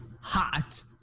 hot